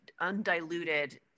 undiluted